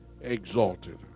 exalted